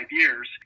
years